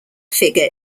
figure